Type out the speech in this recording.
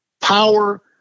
power